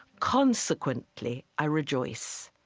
consequently i rejoice,